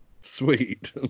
Sweet